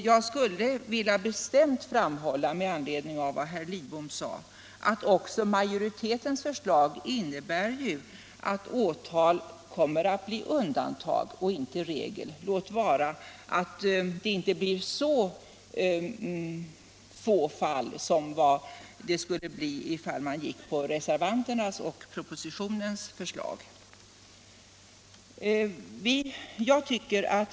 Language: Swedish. Jag vill bestämt framhålla, med anledning av vad herr Lidbom sade, att också majoritetens förslag innebär att åtal kommer att bli undantag och inte regel, låt vara att det inte blir så få fall som det skulle bli om man gick på reservanternas och propositionens förslag.